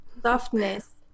softness